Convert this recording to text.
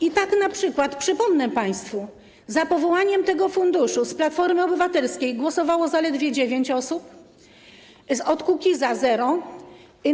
I tak np., przypomnę państwu, za powołaniem tego funduszu z Platformy Obywatelskiej głosowało zaledwie dziewięć osób, od Kukiza - nikt,